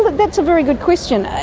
that's a very good question.